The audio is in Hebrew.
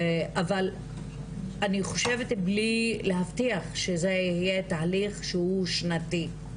אבל אני חושבת בלי להבטיח שזה יהיה תהליך שהוא שנתי,